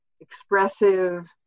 expressive